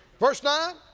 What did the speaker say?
verse nine,